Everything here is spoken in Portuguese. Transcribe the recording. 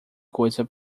coisa